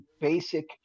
basic